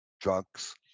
drugs